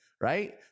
right